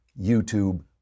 YouTube